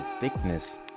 thickness